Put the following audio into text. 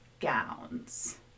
gowns